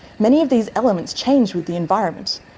many of these elements change with the environment,